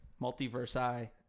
Multiverse-i